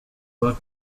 work